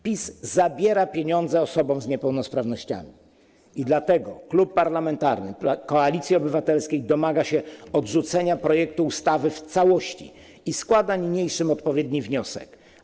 PiS zabiera pieniądze osobom z niepełnosprawnościami, dlatego Klub Parlamentarny Koalicja Obywatelska domaga się odrzucenia projektu ustawy w całości i składa niniejszym odpowiedni wniosek.